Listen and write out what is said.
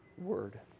word